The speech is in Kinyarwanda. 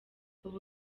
ubu